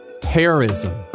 terrorism